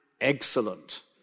excellent